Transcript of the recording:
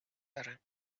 دارم